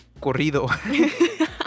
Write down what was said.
corrido